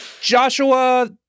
Joshua